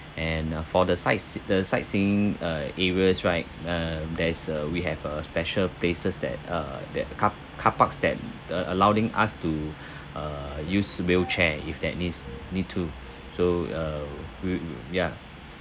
and uh for the sights~ the sightseeing uh areas right uh there's uh we have uh special places that uh that carp~ carparks that allowing us to uh use wheelchair if that needs need to so uh wheel ya